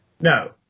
No